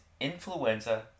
influenza